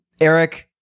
Eric